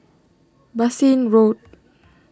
Bassein Road